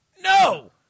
No